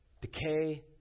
decay